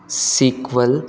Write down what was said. sequel